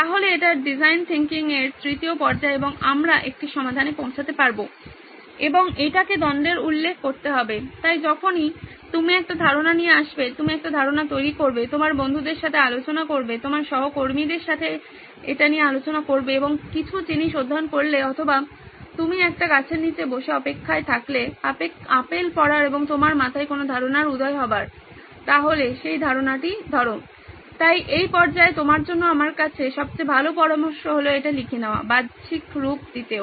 তাহলে এটা design thinking এর তৃতীয় পর্যায় এবং আমরা একটি সমাধানে পৌঁছাতে পারবো এবং এটাকে দ্বন্দ্বের উল্লেখ করতে হবে তাই যখনই আপনি একটি ধারণা নিয়ে আসবেন আপনি একটি ধারণা তৈরি করবেন আপনার বন্ধুদের সাথে আলোচনা করবেন আপনার সহকর্মীদের সাথে এটা নিয়ে আলোচনা করবেন কিছু জিনিস অধ্যায়ন করলে অথবা আপনি একটি গাছের নিচে বসে অপেক্ষায় থাকলেন আপেল পড়ার এবং আপনার মাথায় কোনো ধারণার উদয় হবার তাহলে সেই ধারণাটি ধরুন তাই এই পর্যায়ে আপনার জন্য আমার কাছে সবচেয়ে ভালো পরামর্শ হল এটা লিখে নেওয়া বাহ্যিকরূপ দিতেও